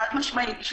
בוודאי, חד-משמעית.